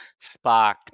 Spock